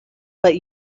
but